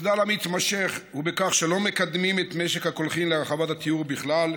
המחדל המתמשך הוא בכך שלא מקדמים את משק הקולחים להרחבת הטיהור בכלל,